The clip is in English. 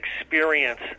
experience